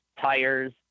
tires